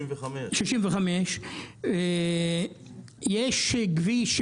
65; יש כביש,